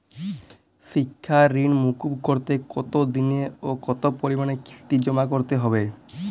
শিক্ষার ঋণ মুকুব করতে কতোদিনে ও কতো পরিমাণে কিস্তি জমা করতে হবে?